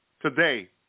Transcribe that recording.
today